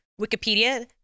Wikipedia